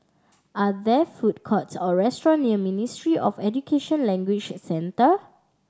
are there food courts or restaurant near Ministry of Education Language Centre